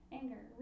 anger